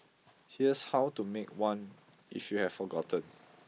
here's how to make one if you have forgotten